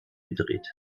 gedreht